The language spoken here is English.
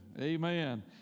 Amen